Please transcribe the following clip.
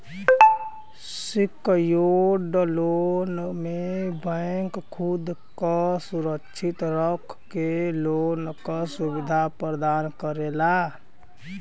secured loan में bank खुद क सुरक्षित रख के लोन क सुविधा प्रदान करला